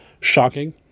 shocking